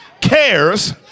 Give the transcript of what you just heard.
cares